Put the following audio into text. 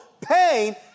pain